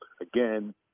again